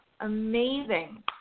Amazing